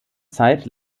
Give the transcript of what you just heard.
zeit